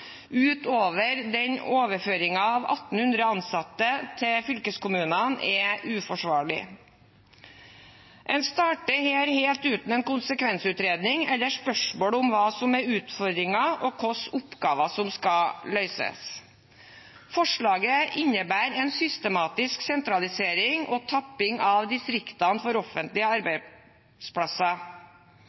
av 1 800 ansatte til fylkeskommunene, er uforsvarlig. En starter her helt uten en konsekvensutredning eller spørsmål om hva som er utfordringen, og hvilke oppgaver som skal løses. Forslaget innebærer en systematisk sentralisering og tapping av distriktene for offentlige arbeidsplasser.